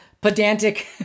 pedantic